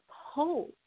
hold